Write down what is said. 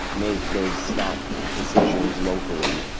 make those snap decisions locally,